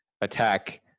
attack